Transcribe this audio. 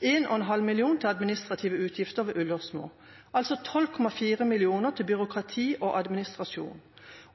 til administrative utgifter ved Ullersmo – altså 12,4 mill. kr til byråkrati og administrasjon.